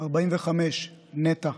בן 45, מנטע,